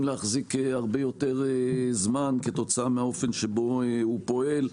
להחזיק הרבה יותר זמן כתוצאה מהאופן שבו הוא פועל,